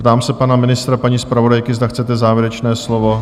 Ptám se pana ministra a paní zpravodajky, zda chcete závěrečné slovo?